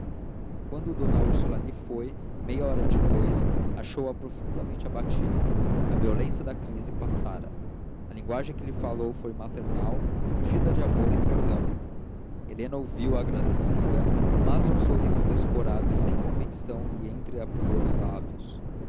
quando d úrsula ali foi meia hora depois achou-a profundamente abatida a violência da crise passara a linguagem que lhe falou foi maternal ungida de amor e perdão helena ouviu-a agradecida mas um sorriso descorado e sem convicção lhe entreabria os lábios